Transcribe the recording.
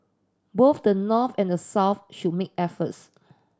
both the North and the South should make efforts